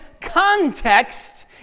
context